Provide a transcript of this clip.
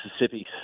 Mississippi